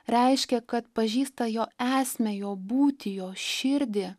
reiškia kad pažįsta jo esmę jo būtį jo širdį